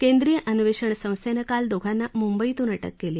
केंद्रीय अन्वेषण संस्थेनं काल दोघांना म्ंबईतून अटक केली